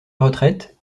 retraite